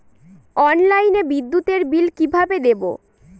অনলাইনে বিদ্যুতের বিল কিভাবে দেব?